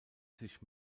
sich